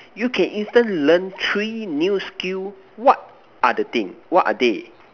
you can instant learn three new skills what are the thing what are they